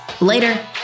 Later